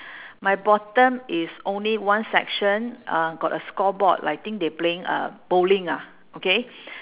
my bottom is only one section um got a scoreboard I think they playing uh bowling ah okay